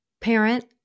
parent